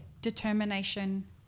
determination